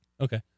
Okay